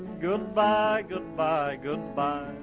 goodbye, goodbye, goodbye. um